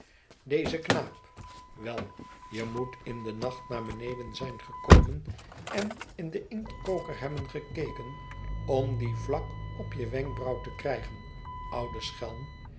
deze knaap wel je moet in den nacht naar beneden zijn gekomen en in den inktkoker hebben gekeken om die vlak op je wenkbrauw te krijgen oude schelm